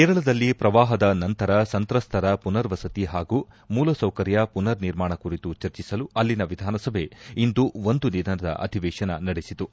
ಕೇರಳದಲ್ಲಿ ಪ್ರವಾಹದ ನಂತರ ಸಂತ್ರಸ್ಥರ ಪುನರ್ವಸತಿ ಹಾಗೂ ಮೂಲಸೌಕರ್ಯ ಪುನರ್ ನಿರ್ಮಾಣ ಕುರಿತು ಚರ್ಚಿಸಲು ಅಲ್ಲಿನ ವಿಧಾನಸಭೆ ಇಂದು ಒಂದು ದಿನದ ಅಧಿವೇಶನ ನಡೆಸಿತು